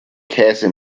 käse